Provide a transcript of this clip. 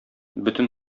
бөтен